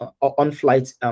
on-flight